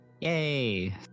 Yay